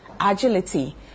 agility